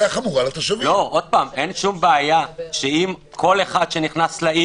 אין שום בעיה שכל אחד שנכנס לעיר,